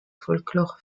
folklore